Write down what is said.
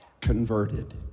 converted